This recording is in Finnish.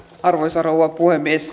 arvoisa rouva puhemies